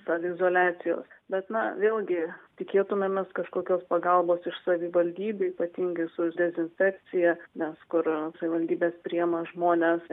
saviizoliacijos bet na vėlgi tikėtumėmės kažkokios pagalbos iš savivaldybių ypatingi su dezinfekcija nes kur savivaldybės priima žmones